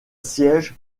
siège